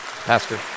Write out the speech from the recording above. pastor